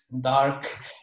dark